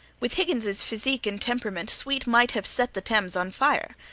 with higgins's physique and temperament sweet might have set the thames on fire.